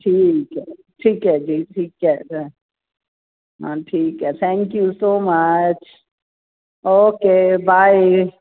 ਠੀਕ ਹੈ ਠੀਕ ਹੈ ਜੀ ਠੀਕ ਹੈ ਹਾਂ ਠੀਕ ਹੈ thank you so much okay bye